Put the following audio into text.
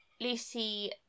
Lucy